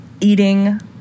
eating